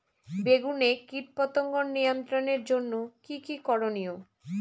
বেগুনে কীটপতঙ্গ নিয়ন্ত্রণের জন্য কি কী করনীয়?